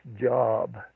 job